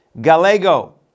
Gallego